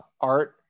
art